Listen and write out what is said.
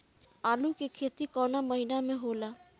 आलू के खेती कवना महीना में होला?